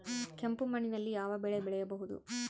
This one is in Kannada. ಕೆಂಪು ಮಣ್ಣಿನಲ್ಲಿ ಯಾವ ಬೆಳೆ ಬೆಳೆಯಬಹುದು?